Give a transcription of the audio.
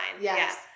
Yes